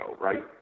right